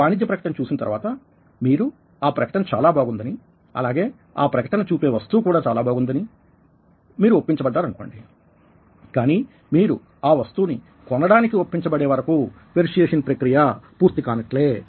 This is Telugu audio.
ఒక వాణిజ్య ప్రకటన చూసిన తర్వాత మీరు ఆ ప్రకటన చాలా బాగుందని అలాగే ఆ ప్రకటన చూపే వస్తువు కూడా చాలా బాగుందని మీరు ఒప్పించబడ్డారు అనుకోండి కానీ మీరు ఆ వస్తువుని కొనడానికి ఒప్పించ బడే వరకూ పెర్సుయేసన్ ప్రక్రియ పూర్తి కానట్లే